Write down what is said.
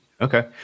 okay